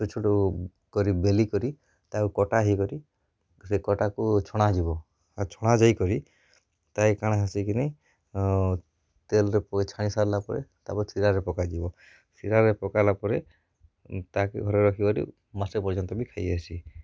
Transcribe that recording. ଛୋଟ ଛୋଟ କରି ବେଲି କରି ତାକୁ କଟା ହେଇ କରି ସେ କଟାକୁ ଛଣାଯିବ ଆର୍ ଛଣାଯାଇ କରି ତାହେ କାଁଣ ହେସି କି ନାଇଁ ତେଲ୍ରେ ପକେଇ ଛାଣି ସାର୍ଲା ପରେ ତାପରେ ଶିରାରେ ପକାଯିବ ଶିରାରେ ପକେଲା ପରେ ତାକେ ଘରେ ରଖିକରି ମାସେ ପର୍ଯ୍ୟନ୍ତ ବି ଖାଇହେସି